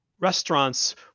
Restaurants